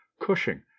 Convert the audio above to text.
Cushing